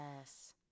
yes